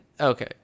Okay